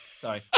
Sorry